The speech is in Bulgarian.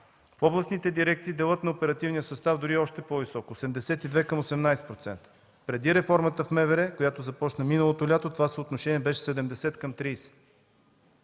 В областните дирекции делът на оперативния състав дори е още по-висок – 82 към 18%. Преди реформата в МВР, която започна миналото лято, това съотношение беше 70 към 30.